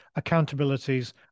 accountabilities